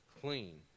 clean